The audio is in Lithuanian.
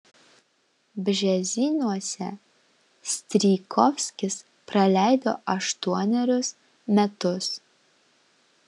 bžezinuose strijkovskis praleido aštuonerius metus